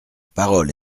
parole